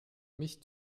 mich